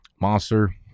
Monster